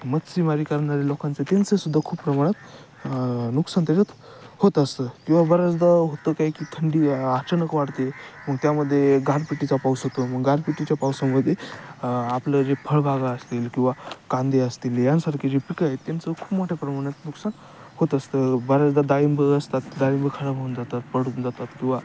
मच्छीमारी करणारे लोकांचं त्यांचंसुद्धा खूप प्रमाणात नुकसान त्याच्यात होत असतं किंवा बऱ्याचदा होतं काय की थंडी अचानक वाढते मग त्यामध्ये गारपिटीचा पाऊस होतो मग गारपिटीच्या पावसामध्ये आपलं जे फळबागा असतील किंवा कांदे असतील यांसारखे जे पिकं आहेत त्यांचं खूप मोठ्या प्रमाणात नुकसान होत असतं बऱ्याचदा डाळिंबं असतात डाळिंबं खराब होऊन जातात पडून जातात किंवा